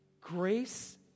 grace